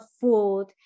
food